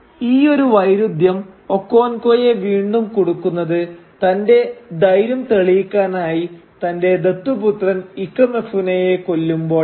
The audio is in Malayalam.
ഈയൊരു വൈരുദ്ധ്യം ഒക്കോൻകോയെ വീണ്ടും കുടുക്കുന്നത് തന്റെ ധൈര്യം തെളിയിക്കാനായി തന്റെ ദത്തുപുത്രൻ ഇക്കമെഫുനയെ കൊല്ലുമ്പോളാണ്